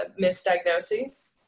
misdiagnoses